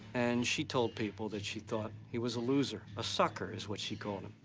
and she told people that she thought he was a loser. a sucker is what she called him.